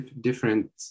different